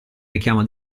richiamo